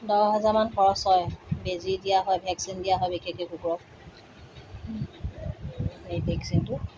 দহ হাজাৰমান খৰচ হয় বেজী দিয়া হয় ভেকচিন দিয়া হয় কুকুৰক এই ভেকচিনটো